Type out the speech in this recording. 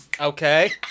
Okay